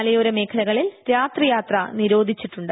മലയോര മേഖലകളിൽ രാത്രിയാത്ര നിരോധിച്ചിട്ടുണ്ട്